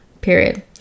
period